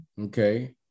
okay